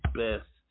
best